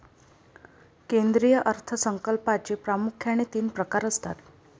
केंद्रीय अर्थ संकल्पाचे प्रामुख्याने तीन प्रकार असतात